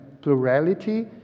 plurality